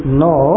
no